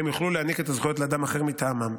הם יוכלו להעניק את הזכויות לאדם אחר מטעמם.